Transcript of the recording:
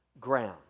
ground